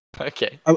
Okay